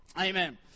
Amen